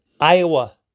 Iowa